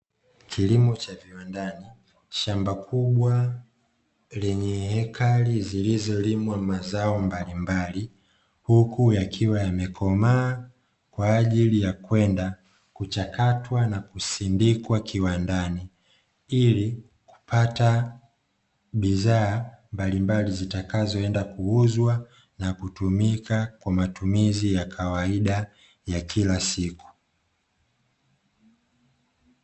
Kilimo cha viwandani shamba kubwa lililolimwa hekali nyingi za mazao mbalimbali huku yakiwa yamekomaa kuchakatwa na kusindikwa kiwandani ili kupata bidhaa mbalimbali zitakazo enda kuuzwa na kumika kwa matumizi ya kawaida ya kila siku.